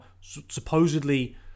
supposedly